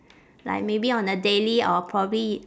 like maybe on a daily or probably